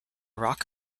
rock